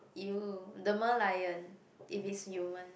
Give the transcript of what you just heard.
ew the merlion it's human